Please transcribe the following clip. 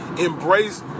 Embrace